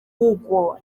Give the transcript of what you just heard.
kuko